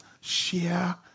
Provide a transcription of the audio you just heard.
share